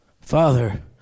Father